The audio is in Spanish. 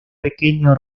pequeño